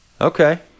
Okay